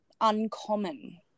uncommon